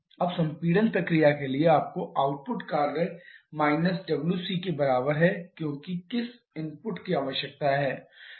अब संपीड़न प्रक्रिया के लिए आपका आउटपुट कार्य − Wc के बराबर है क्योंकि किस इनपुट की आवश्यकता है